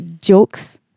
jokes